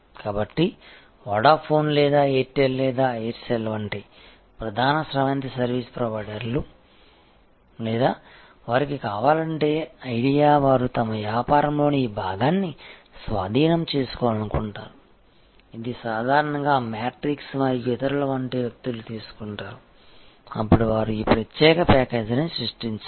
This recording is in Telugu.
కాబట్టి వోడాఫోన్ లేదా ఎయిర్టెల్ లేదా ఎయిర్సెల్ వంటి ప్రధాన స్రవంతి సర్వీసు ప్రొవైడర్లు లేదా వారికి కావాలంటే ఐడియా వారు తమ వ్యాపారంలోని ఈ భాగాన్ని స్వాధీనం చేసుకోవాలనుకుంటారు ఇది సాధారణంగా మ్యాట్రిక్స్ మరియు ఇతరులు వంటి వ్యక్తులు తీసుకుంటారు అప్పుడు వారు ఈ ప్రత్యేక ప్యాకేజీని సృష్టిస్తారు